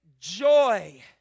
joy